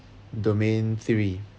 domain three